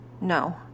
no